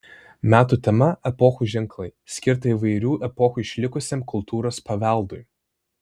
metų tema epochų ženklai skirta įvairių epochų išlikusiam kultūros paveldui